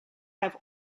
have